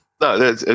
no